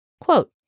Quote